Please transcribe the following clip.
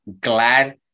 glad